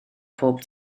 pob